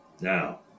Now